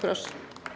Proszę.